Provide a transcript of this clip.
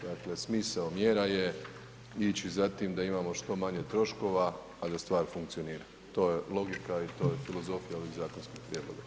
Dakle smisao mjera je ići za tim da imamo što manje troškova, a da stvar funkcionira, to je logika i to je filozofija ovih zakonskih prijedloga.